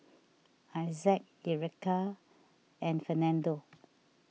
Issac Ericka and Fernando